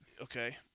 okay